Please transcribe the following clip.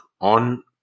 on